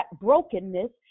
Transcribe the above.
brokenness